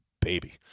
baby